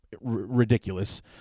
ridiculous